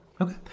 Okay